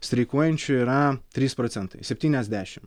streikuojančių yra trys procentai septyniasdešim